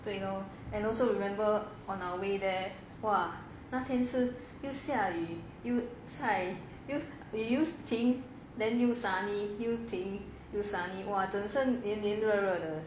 对 lor and also remember on our way there !wah! 那天是又下雨又晒又雨又停又 sunny 又雨又 sunny 整身黏黏热热的